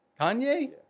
Kanye